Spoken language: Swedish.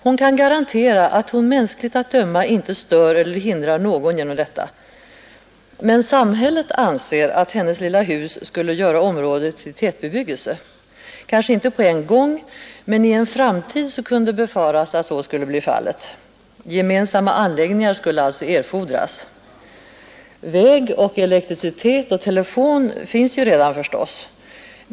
Hon kan garantera att hon mänskligt att döma inte stör eller hindrar någon genom detta. Men samhället anser att hennes lilla hus skulle göra området till tätbebyggelse. Kanske inte på en gång men i en framtid kunde befaras att så skulle bli fallet. Gemensamma anläggningar skulle alltså erfordras. Väg och elektricitet och telefon finns ju redan förstås.